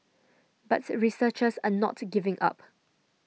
but researchers are not giving up